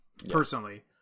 personally